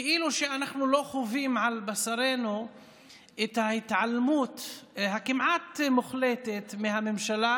כאילו שאנחנו לא חווים על בשרנו את ההתעלמות הכמעט-מוחלטת של הממשלה